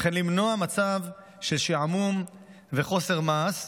וכן למנוע מצב של שעמום וחוסר מעש,